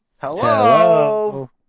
Hello